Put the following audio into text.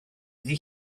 iddi